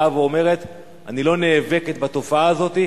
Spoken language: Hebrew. באה ואומרת: אני לא נאבקת בתופעה הזאת,